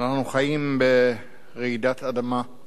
אנחנו חיים ברעידת אדמה,